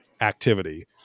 activity